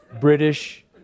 British